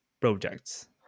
projects